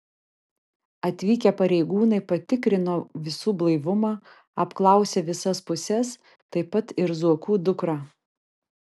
atvykę pareigūnai patikrino visų blaivumą apklausė visas puses taip pat ir zuokų dukrą